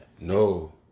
No